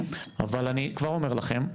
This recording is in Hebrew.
אבל אני כבר אומר לכם,